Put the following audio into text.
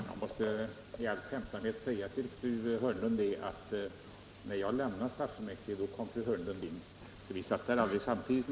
Fru talman! Jag måste i all skämtsamhet säga till fru Hörnlund att jag lämnade stadsfullmäktige när hon kom dit — vi satt aldrig där samtidigt.